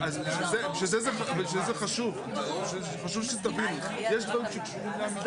כאשר בכלל ביקשתי לעבור לעיר